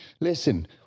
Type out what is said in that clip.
Listen